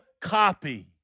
copy